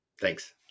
Thanks